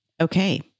Okay